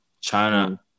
China